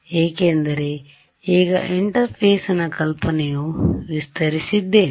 ಏಕೆಂದರೆ ಈಗ ಇಂಟರ್ಫೇಸ್ನ ನ ಕಲ್ಪನೆಯನ್ನು ವಿಸ್ತರಿಸಿದ್ದೇನೆ